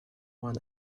one